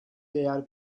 değer